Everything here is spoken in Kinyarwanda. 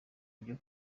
byo